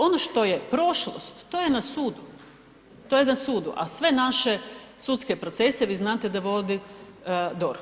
Ono što je prošlost, to je na sudu, to je na sudu, a sve naše sudske procese vi znate da vodi DORH.